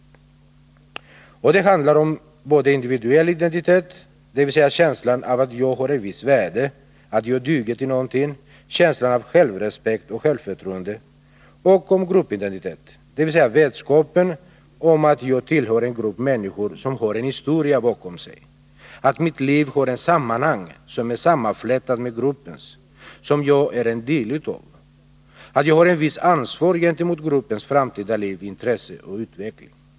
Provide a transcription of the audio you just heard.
Och det handlar både om individuell identitet, dvs. känslan av att jag har ett visst värde, att jag duger till någonting, känslan av självrespekt och självförtroende, och om gruppidentitet, dvs. vetskapen om att jag tillhör en grupp människor som har en historia bakom sig, att mitt liv har ett sammanhang som är sammanflätat med gruppens, som jag är en del av, att jag har ett visst ansvar gentemot gruppens framtida liv, intresse och utveckling.